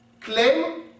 claim